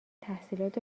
تحصیلات